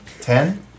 Ten